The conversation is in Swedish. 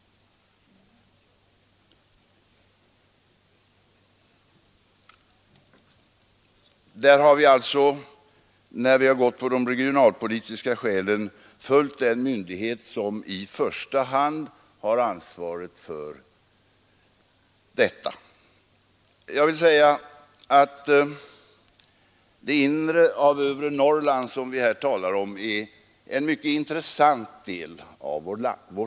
Där har vi alltså av regionalpolitiska skäl följt rekommendationerna från den myndighet som i första hand har ansvaret för detta. Jag vill säga att det inre av övre Norrland, som vi här talar om, är en mycket intressant del av vårt land.